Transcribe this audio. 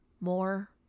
more